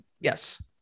Yes